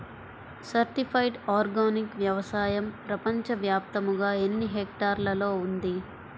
Certified organic వ్యవసాయం ప్రపంచ వ్యాప్తముగా ఎన్నిహెక్టర్లలో ఉంది?